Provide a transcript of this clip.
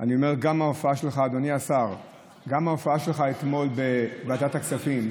אני אומר שגם ההופעה שלך אתמול בוועדת הכספים,